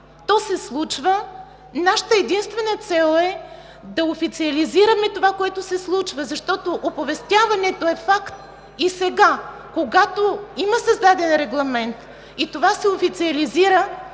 То се случва. Нашата единствена цел е да официализираме това, което се случва, защото оповестяването е факт и сега, когато има създаден регламент и това се официализира,